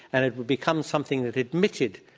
and it would become something that admitted,